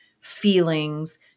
feelings